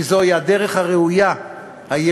כי זוהי הדרך הראויה היחידה